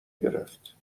گرفت